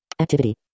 Activity